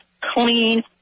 clean